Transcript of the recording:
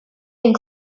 and